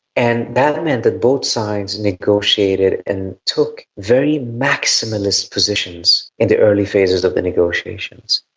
and that meant that both sides negotiated and took very maximalist positions in the early phases of the negotiations.